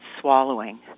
swallowing